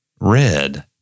Red